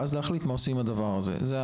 ואז להחליט מה עושים עם הדבר הזה.